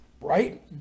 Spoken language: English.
Right